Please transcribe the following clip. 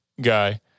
guy